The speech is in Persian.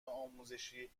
آموزشی